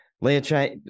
Leah